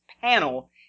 panel